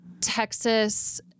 Texas